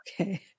Okay